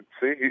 See